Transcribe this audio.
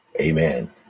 Amen